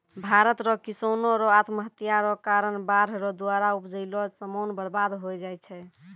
भारत रो किसानो रो आत्महत्या रो कारण बाढ़ रो द्वारा उपजैलो समान बर्बाद होय जाय छै